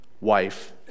wife